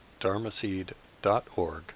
dharmaseed.org